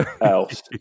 else